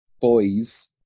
boys